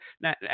Now